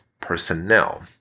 Personnel